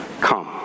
Come